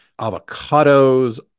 avocados